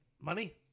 Money